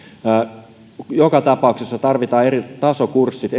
joka tapauksessa tarvitaan eri tasokurssit